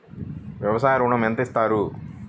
వ్యవసాయ ఋణం ఎంత ఇస్తారు?